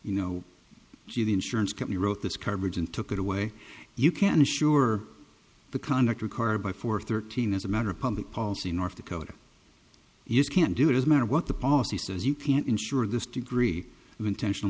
you know gee the insurance company wrote this coverage and took it away you can assure the conduct record by four thirteen as a matter of public policy in north dakota you can't do it as a matter what the policy says you can't insure this degree of intentional